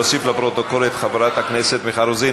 להוסיף לפרוטוקול את חברת הכנסת מיכל רוזין.